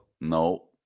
No